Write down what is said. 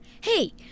Hey